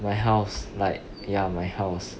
my house like ya my house